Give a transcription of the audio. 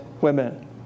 women